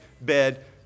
bed